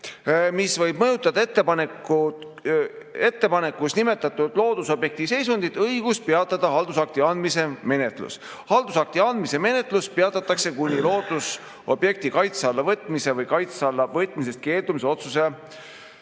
mis võib mõjutada ettepanekus nimetatud loodusobjekti seisundit, õigus peatada haldusakti andmise menetlus. Haldusakti andmise menetlus peatatakse kuni loodusobjekti kaitse alla võtmise või kaitse alla võtmisest keeldumise otsuse